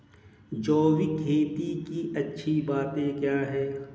जैविक खेती की अच्छी बातें क्या हैं?